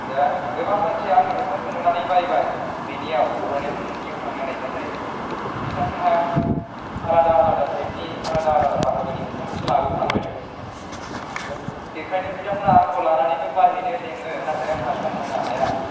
दा गोबां मानसिया आंनि हेदफनखौ नुनानै बायबाय बेनियाव रनेननियाव थांनानै नाथाइ बिथांमोनहा आलादा आलादा थाइपनि आलादा आलादा बाहागोनि हेदफनखौसो लाबोफ्लांबाय थायो दा बेखायनो बिथांमोनहा आंखौ लानानैबो बायहैनो लेङो नाथाइ आंहा सम होनो हाया